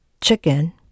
chicken